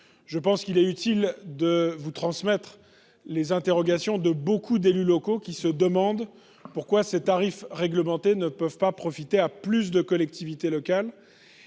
Je pense qu'il est utile de vous transmettre les interrogations de beaucoup d'élus locaux, qui se demandent pourquoi ces tarifs réglementés ne peuvent pas profiter à plus de collectivités locales